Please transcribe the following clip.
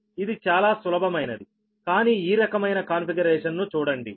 ఇది చాలా సులభమైనది కానీ ఈ రకమైన కాన్ఫిగరేషన్ ను చూడండి